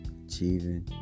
achieving